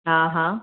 हा हा